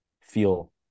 feel